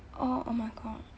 oh oh my god